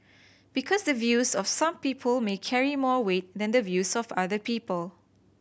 because the views of some people may carry more weight than the views of other people